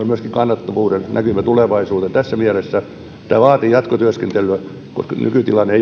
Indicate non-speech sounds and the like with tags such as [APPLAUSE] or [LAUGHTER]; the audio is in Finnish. [UNINTELLIGIBLE] myöskin kannattavuuden näkymä tulevaisuuteen tässä mielessä tämä vaatii jatkotyöskentelyä koska nykytilanne [UNINTELLIGIBLE]